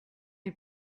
est